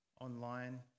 online